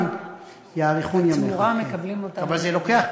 למצווה הזה יש גם